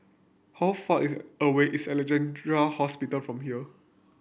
how far is away is Alexandra Hospital from here